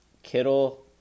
Kittle